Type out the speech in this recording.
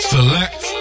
Select